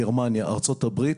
גרמניה וארצות-הברית,